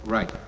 Right